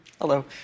Hello